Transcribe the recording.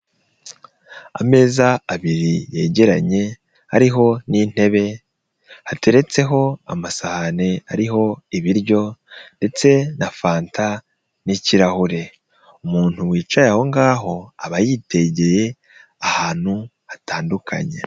Ameza abiri yegeranye, hariho n'intebe, hateretseho amasahani ariho ibiryo ndetse na fanta n'kirahure, umuntu wicaye aho ngaho, aba yitegeye ahantu hatandukanye.